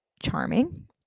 charming